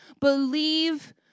Believe